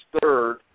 third